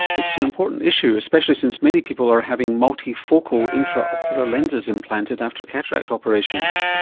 it's an important issue, especially since many people are having multifocal intra-ocular lenses implanted after cataract operations.